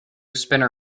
spinner